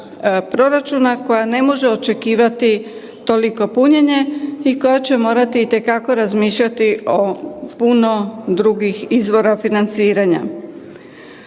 proračuna koja ne može očekivati toliko punjenje i koja će morati itekako razmišljati o puno drugih izvora financiranja.